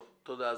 תודה.